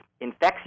infects